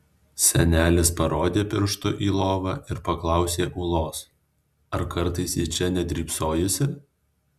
senelis parodė pirštu į lovą ir paklausė ūlos ar kartais ji čia nedrybsojusi